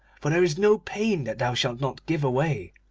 for there is no pain that thou shalt not give away,